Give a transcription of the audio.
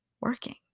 working